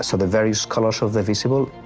so the various colors show the visible.